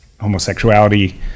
homosexuality